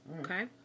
Okay